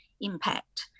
impact